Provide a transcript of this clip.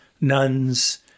nuns